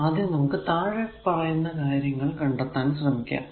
ആദ്യം നമുക്ക് താഴെ പറയുന്ന കാര്യങ്ങൾ കണ്ടെത്താൻ ശ്രമിക്കാം